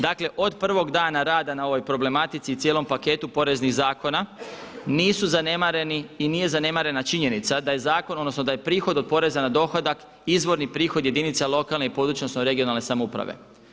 Dakle, od prvog dana rada na ovoj problematici i cijelom paketu poreznih zakona nisu zanemareni i nije zanemarena činjenica da je zakon, odnosno da je prihod od poreza na dohodak izvorni prihod jedinica lokalne i područne, odnosno regionalne samouprave.